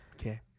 okay